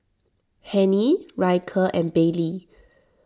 Hennie Ryker and Baylie